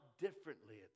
differently